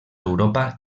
europa